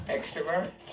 Extrovert